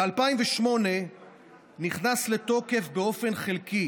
ב-2008 נכנס לתוקף באופן חלקי